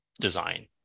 design